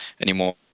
anymore